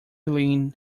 helene